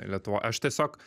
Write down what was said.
lietuvoj aš tiesiog